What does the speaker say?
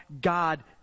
God